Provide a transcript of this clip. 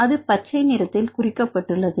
அது பச்சை நிறத்தில் குறிக்கப்பட்டுள்ளது